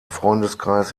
freundeskreis